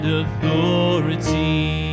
authority